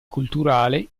culturale